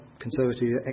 conservative